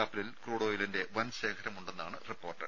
കപ്പലിൽ ക്രൂഡ് ഓയിലിന്റെ വൻ ശേഖരമുണ്ടെന്നാണ് റിപ്പോർട്ട്